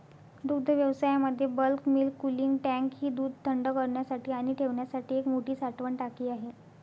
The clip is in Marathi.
दुग्धव्यवसायामध्ये बल्क मिल्क कूलिंग टँक ही दूध थंड करण्यासाठी आणि ठेवण्यासाठी एक मोठी साठवण टाकी आहे